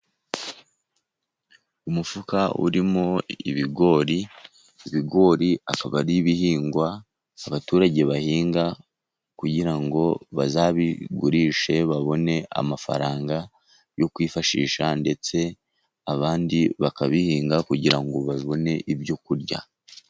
Umufuka urimo ibigori, ibigori akaba ari ibihingwa abaturage bahinga kugira ngo bazabigurishe babone amafaranga yo kwifashisha ndetse abandi bakabihinga kugira ngo babone ibyo kurya.